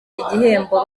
igihembo